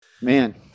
Man